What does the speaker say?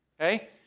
Okay